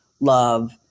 love